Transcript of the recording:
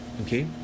Okay